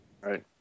right